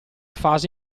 fase